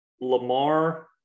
Lamar